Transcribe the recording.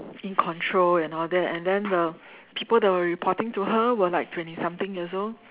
in control and all that and then the people that were reporting to her were like twenty something years old